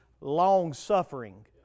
long-suffering